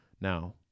Now